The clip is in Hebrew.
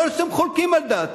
יכול להיות שאתם חולקים על דעתם,